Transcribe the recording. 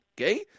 Okay